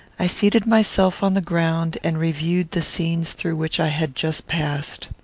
i seated myself on the ground and reviewed the scenes through which i had just passed.